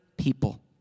People